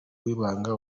w’ibanga